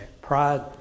Pride